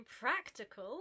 practical